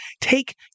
take